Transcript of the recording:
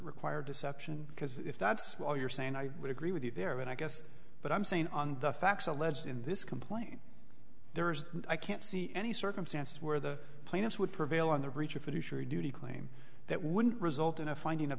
require deception because if that's all you're saying i would agree with you there but i guess what i'm saying on the facts alleged in this complaint there is i can't see any circumstances where the plaintiffs would prevail on the breach of fishery duty claim that would result in a finding